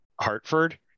Hartford